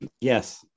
Yes